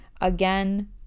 again